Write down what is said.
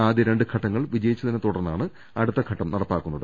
ആദ്യ രണ്ട് ഘട്ടങ്ങൾ വിജയിച്ചതിനെ തുടർന്നാണ് അടുത്ത ഘട്ടം നടപ്പാക്കുന്നത്